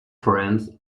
friends